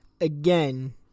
again